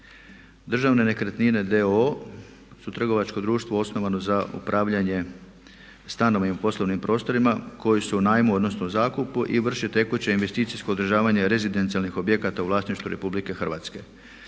Državne nekretnine d.o.o. su trgovačko društvo osnovano za upravljanje stanovima i poslovnim prostorima koji su u najmu, odnosno zakupu i vrše tekuće investicijsko održavanje rezidencijalnih objekata u vlasništvu RH. Državne